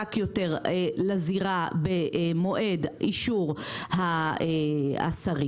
חזק יותר לזירה במועד אישור השרים,